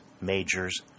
majors